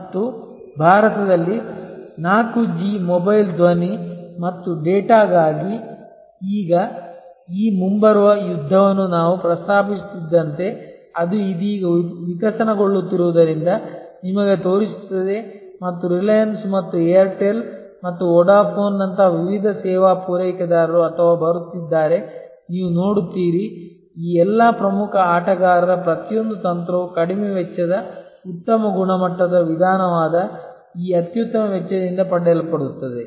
ಮತ್ತು ಭಾರತದಲ್ಲಿ 4 G mobile ಧ್ವನಿ ಮತ್ತು ಡೇಟಾಗಾಗಿ ಈ ಮುಂಬರುವ ಯುದ್ಧವನ್ನು ನಾನು ಪ್ರಸ್ತಾಪಿಸುತ್ತಿದ್ದಂತೆ ಅದು ಇದೀಗ ವಿಕಸನಗೊಳ್ಳುತ್ತಿರುವುದರಿಂದ ನಿಮಗೆ ತೋರಿಸುತ್ತದೆ ಮತ್ತು ರಿಲಯನ್ಸ್ ಮತ್ತು ಏರ್ಟೆಲ್ ಮತ್ತು ವೊಡಾಫೋನ್ ನಂತಹ ವಿವಿಧ ಸೇವಾ ಪೂರೈಕೆದಾರರು ಅಥವಾ ಬರುತ್ತಿದ್ದಾರೆ ನೀವು ನೋಡುತ್ತೀರಿ ಈ ಎಲ್ಲಾ ಪ್ರಮುಖ ಆಟಗಾರರ ಪ್ರತಿಯೊಂದು ತಂತ್ರವು ಕಡಿಮೆ ವೆಚ್ಚದ ಉತ್ತಮ ಗುಣಮಟ್ಟದ ವಿಧಾನವಾದ ಈ ಅತ್ಯುತ್ತಮ ವೆಚ್ಚದಿಂದ ಪಡೆಯಲ್ಪಡುತ್ತದೆ